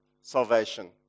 salvation